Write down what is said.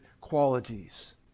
qualities